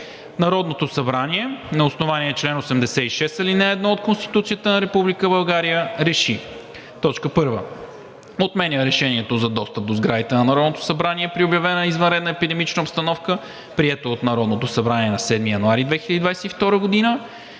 Народното събрание на основание чл. 86, ал. 1 от Конституцията на Република България РЕШИ: 1. Отменя Решението за достъп до сградите на Народното събрание при обявена извънредна епидемична обстановка, прието от Народното събрание на 7 януари 2022 г.